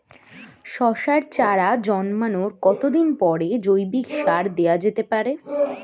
শশার চারা জন্মানোর কতদিন পরে জৈবিক সার দেওয়া যেতে পারে?